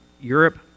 Europe